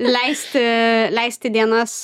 leisti leisti dienas